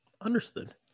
understood